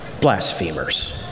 blasphemers